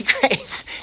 grace